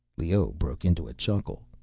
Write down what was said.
leoh broke into a chuckle.